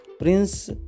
Prince